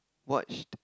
watched